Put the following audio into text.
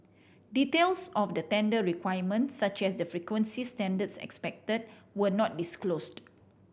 details of the tender requirements such as the frequency standards expected were not disclosed